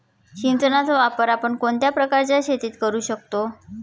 सिंचनाचा वापर आपण कोणत्या प्रकारच्या शेतीत करू शकतो?